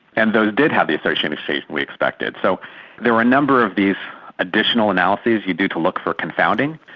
and those did have the association we expected. so there were a number of these additional analyses you do to look for confounding,